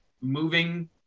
moving